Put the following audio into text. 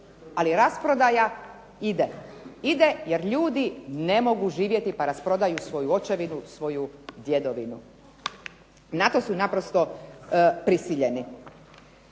Ali rasprodaja ide, ide jer ljudi ne mogu živjeti pa rasprodaju svoju očevinu, svoju djedovinu. Na to su naprosto prisiljeni.